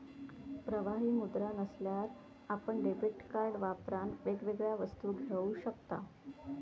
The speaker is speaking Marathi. प्रवाही मुद्रा नसल्यार आपण डेबीट कार्ड वापरान वेगवेगळ्या वस्तू घेऊ शकताव